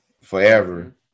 forever